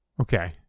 Okay